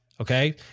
okay